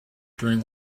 during